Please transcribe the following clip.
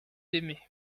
aimé